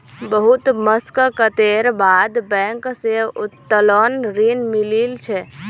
बहुत मशक्कतेर बाद बैंक स उत्तोलन ऋण मिलील छ